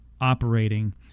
operating